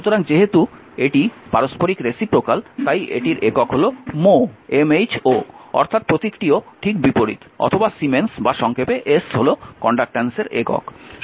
সুতরাং যেহেতু এটি পারস্পরিক রেসিপ্রোকাল তাই এটির একক হল মো অর্থাৎ প্রতীকটিও ঠিক বিপরীত অথবা সিমেন্স বা সংক্ষেপে s হল কন্ডাক্ট্যান্সের একক